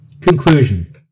Conclusion